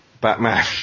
Batman